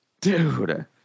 dude